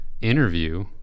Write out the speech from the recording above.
interview